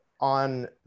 on